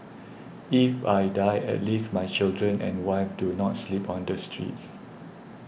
if I die at least my children and wife do not sleep on the streets